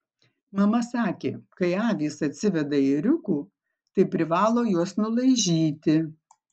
mama sakė kai avys atsiveda ėriukų tai privalo juos nulaižyti